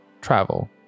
travel